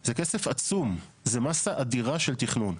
זה כסף עצום, זה מסה אדירה של תכנון.